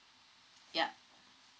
yup